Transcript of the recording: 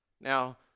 Now